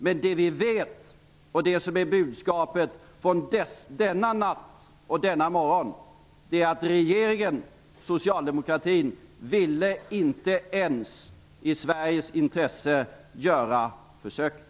Men det vi vet och det som är budskapet från denna natt och denna morgon är att regeringen, socialdemokratin, inte ens i Sveriges intresse ville göra försöket.